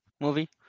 movie